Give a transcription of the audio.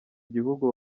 gihugu